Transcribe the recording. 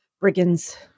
brigands